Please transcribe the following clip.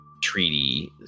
Treaty